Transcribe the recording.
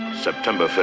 september